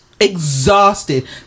exhausted